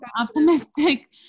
optimistic